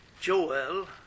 Joel